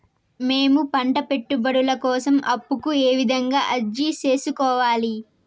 మేము పంట పెట్టుబడుల కోసం అప్పు కు ఏ విధంగా అర్జీ సేసుకోవాలి?